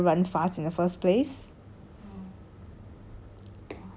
the answer is obviously you know to me cause I don't even run fast in the first place